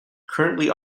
currently